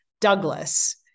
Douglas